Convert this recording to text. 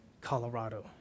Colorado